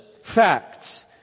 facts